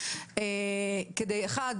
מצד אחד,